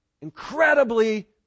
incredibly